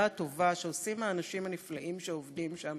הטובה שעושים האנשים הנפלאים שעובדים שם,